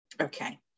Okay